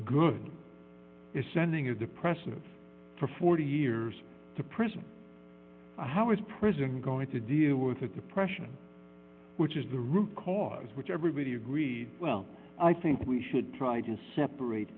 good is sending a depressive for forty years to prison how is prison going to deal with a depression which is the root cause which everybody agreed well i think we should try to separate